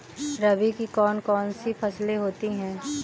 रबी की कौन कौन सी फसलें होती हैं?